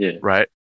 right